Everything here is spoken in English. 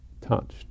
touched